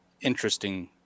interesting